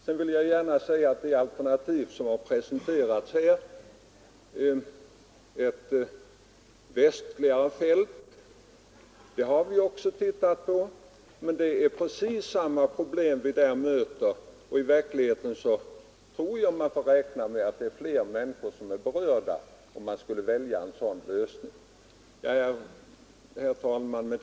Sedan vill jag gärna säga att det alternativ som har presenterats, ett västligare fält, också har undersökts, men vi möter där samma problem. I verkligheten får vi räkna med att fler människor skulle bli berörda om man valde den lösningen. Herr talman!